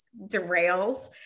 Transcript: derails